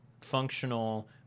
functional